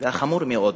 והחמור מאוד